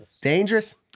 Dangerous